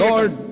Lord